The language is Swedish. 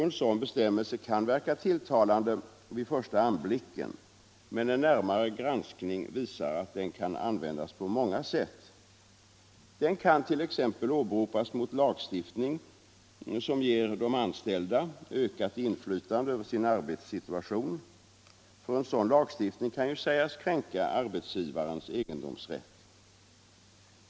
En sådan bestämmelse kan verka tilltalande vid första anblicken men en närmare granskning visar att den kan användas på många sätt. Det kan t.ex. åberopas mot lagstiftning som ger de anställda ökat inflytande över sin arbetssituation — en sådan lagstiftning kan ju sägas kränka arbetsgivarens egendomsrätt.